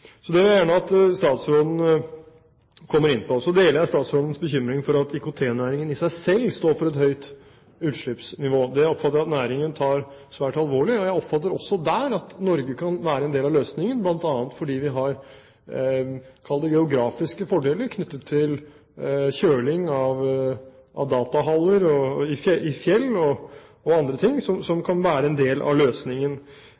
Det vil jeg gjerne at statsråden kommer inn på. Jeg deler statsrådens bekymring for at IKT-næringen i seg selv står for et høyt utslippsnivå. Det oppfatter jeg at næringen tar svært alvorlig. Jeg oppfatter også der at Norge kan være en del av løsningen, bl.a. fordi vi har geografiske fordeler knyttet til kjøling av datahaller i fjell og andre ting, som